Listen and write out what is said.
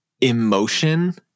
emotion